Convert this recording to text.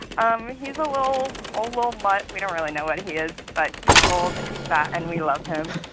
um he's a little old little mutt. we don't really know what he is. but he's old, and he's fat, and we love him